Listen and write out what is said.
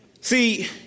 See